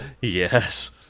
Yes